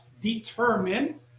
determine